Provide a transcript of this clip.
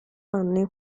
anni